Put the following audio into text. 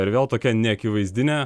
ir vėl tokia neakivaizdinė